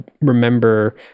remember